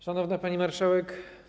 Szanowna Pani Marszałek!